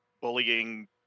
bullying